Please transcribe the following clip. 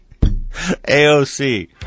AOC